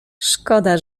szkoda